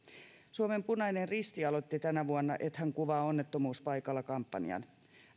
suomen punainen risti aloitti tänä vuonna ethän kuvaa onnettomuuspaikalla kampanjan